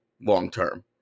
long-term